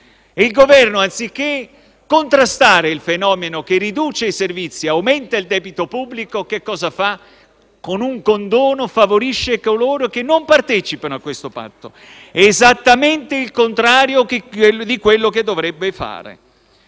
il Governo, anziché contrastare il fenomeno che riduce i servizi e aumenta il debito pubblico che cosa fa? Con un condono favorisce coloro che non partecipano a questo patto. Esattamente il contrario di quello che dovrebbe fare.